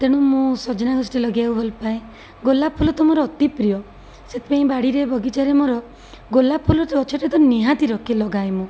ତେଣୁ ମୁଁ ସଜନା ଗଛଟେ ଲଗେଇବାକୁ ଭଲ ପାଏ ଗୋଲାପ ଫୁଲ ତ ମୋର ଅତି ପ୍ରିୟ ସେଥିପାଇଁ ବାଡ଼ିରେ ବଗିଚାରେ ମୋର ଗୋଲାପ ଫୁଲ ଗଛଟେ ତ ନିହାତି ରଖି ଲଗାଏ ମୁଁ